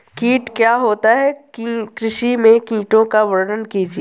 कीट क्या होता है कृषि में कीटों का वर्णन कीजिए?